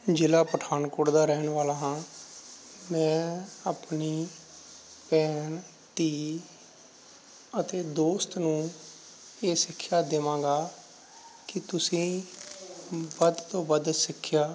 ਜ਼ਿਲ੍ਹਾ ਪਠਾਨਕੋਟ ਦਾ ਰਹਿਣ ਵਾਲਾ ਹਾਂ ਮੈਂ ਆਪਣੀ ਭੈਣ ਧੀ ਅਤੇ ਦੋਸਤ ਨੂੰ ਇਹ ਸਿੱਖਿਆ ਦੇਵਾਂਗਾ ਕਿ ਤੁਸੀਂ ਵੱਧ ਤੋਂ ਵੱਧ ਸਿੱਖਿਆ